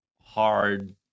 hard